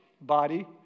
body